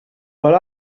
but